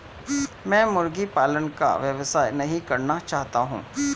मैं मुर्गी पालन का व्यवसाय नहीं करना चाहता हूँ